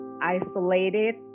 isolated